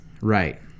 Right